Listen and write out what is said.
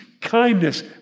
kindness